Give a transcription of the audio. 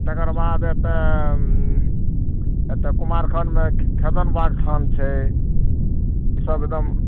आओर तकर बाद एतए एतए कुमारखण्डमे खेदन बाबाके थान छै ईसब एगदम